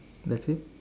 that's it